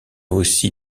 aussi